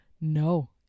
no